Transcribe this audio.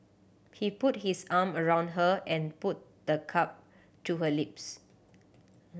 he put his arm around her and put the cup to her lips